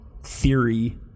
theory